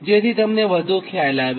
જેથી તમને વધુ ખ્યાલ આવે